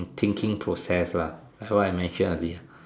thinking process lah that's why I mention early